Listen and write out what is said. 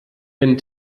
den